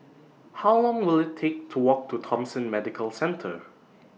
How Long Will IT Take to Walk to Thomson Medical Centre